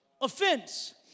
Offense